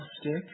stick